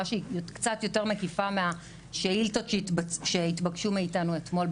שהיא קצת יותר מקיפה מהשאילתות שהתבקשו מאיתנו אתמול,